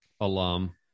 alum